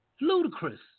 Ludicrous